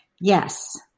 Yes